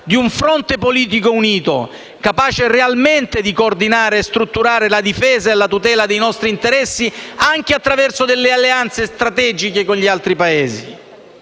di un fronte politico unito, capace realmente di coordinare e strutturare la difesa e la tutela dei nostri interessi, anche attraverso delle alleanze strategiche con gli altri Paesi.